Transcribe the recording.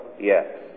yes